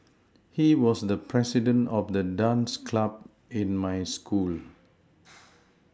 he was the president of the dance club in my school